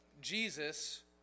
Jesus